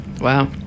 Wow